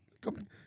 come